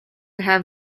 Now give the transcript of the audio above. have